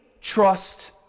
trust